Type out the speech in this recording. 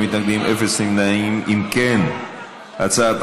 שחרורים), התשע"ח